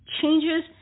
changes